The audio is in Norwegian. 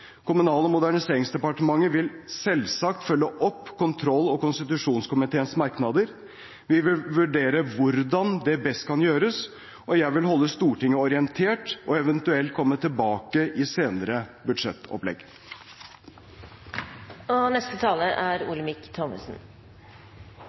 Kommunal- og moderniseringsdepartementet vil selvsagt følge opp kontroll- og konstitusjonskomiteens merknader. Vi vil vurdere hvordan det best kan gjøres, og jeg vil holde Stortinget orientert og eventuelt komme tilbake i senere